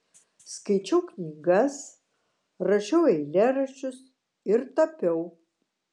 skaičiau knygas rašiau eilėraščius ir tapiau